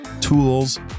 tools